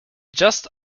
just